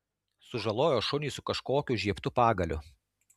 sužalojo šunį su kažkokiu žiebtu pagaliu